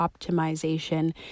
optimization